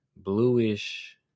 bluish